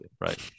Right